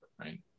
right